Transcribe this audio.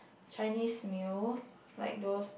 Chinese meal like those